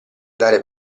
dare